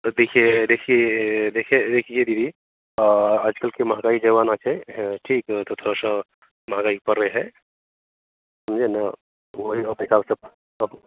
तो देखिये देखिये देखिये देखिये दीदी आज कल की महंगाई देवा नाते ठीक थोड़ा सो महंगाई बढ़ रही है ये ना वही तो पैसा मतलब सब